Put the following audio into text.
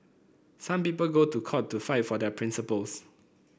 some people go to court to fight for their principles